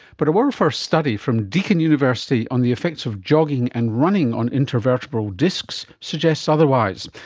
but a world first study from deakin university on the effects of jogging and running on intervertebral discs suggests otherwise.